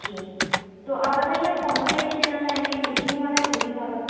जी तो आप बताइए आप कौन सा पैकेज लेना चाहेंगे एक दिन वाला या दो दिन वाला